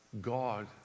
God